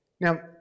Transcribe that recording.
Now